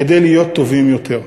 כדי להיות טובים יותר.